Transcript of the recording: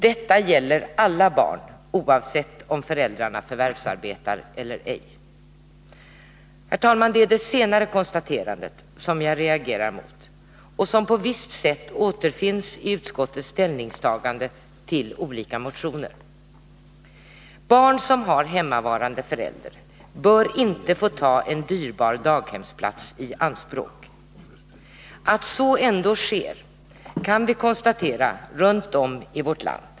Detta gäller alla barn oavsett om föräldrarna förvärvsarbetar eller ej.” Herr talman! Det är det senare konstaterandet som jag reagerar mot och som på visst sätt återfinns i utskottets ställningstagande till olika motioner. Barn som har hemmavarande förälder bör inte få ta en dyrbar daghemsplats i anspråk. Att så ändå sker kan vi konstatera runt om i vårt land.